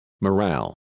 Morale